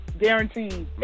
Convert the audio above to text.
guaranteed